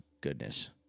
goodness